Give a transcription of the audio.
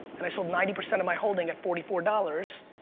and i sold ninety percent of my holding at forty four dollars,